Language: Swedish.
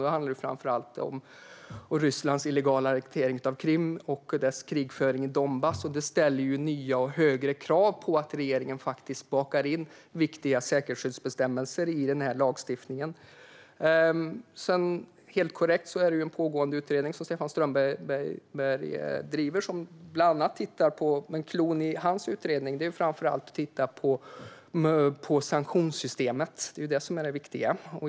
Det handlar framför allt om Rysslands illegala annektering av Krim och dess krigföring i Donbass. Det ställer ju nya och högre krav på att regeringen faktiskt bakar in viktiga säkerhetsskyddsbestämmelser i denna lagstiftning. Det är helt korrekt att det är en pågående utredning, som Stefan Strömberg driver, som bland annat tittar på detta. Men hans utredning handlar framför allt om att titta på sanktionssystemet. Det är det som är det viktiga.